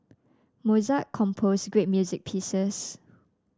Mozart composed great music pieces